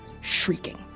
shrieking